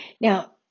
Now